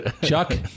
Chuck